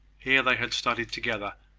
here they had studied together,